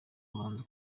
kubanza